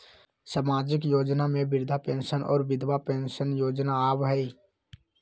सामाजिक योजना में वृद्धा पेंसन और विधवा पेंसन योजना आबह ई?